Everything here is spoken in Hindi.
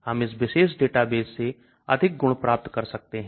हम इस विशेष डेटाबेस से अधिक गुण प्राप्त कर सकते हैं